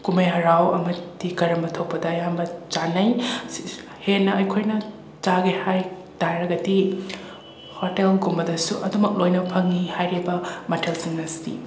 ꯀꯨꯝꯍꯩ ꯍꯔꯥꯎ ꯑꯃꯗꯤ ꯀꯔꯃ ꯊꯣꯛꯄꯗ ꯑꯌꯥꯝꯕ ꯆꯥꯅꯩ ꯍꯦꯟꯅ ꯑꯩꯈꯣꯏꯅ ꯆꯥꯒꯦ ꯍꯥꯏ ꯇꯥꯔꯒꯗꯤ ꯍꯣꯇꯦꯜꯒꯨꯝꯕꯗꯁꯨ ꯑꯗꯨꯃꯛ ꯂꯣꯏꯅ ꯐꯪꯉꯤ ꯍꯥꯏꯔꯤꯕ ꯃꯊꯦꯜꯁꯤꯡ ꯑꯁꯤ